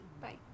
Bye